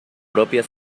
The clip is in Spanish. propia